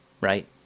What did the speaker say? right